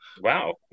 Wow